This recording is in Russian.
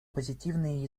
позитивные